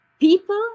People